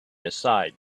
aside